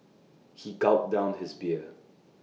he gulped down his beer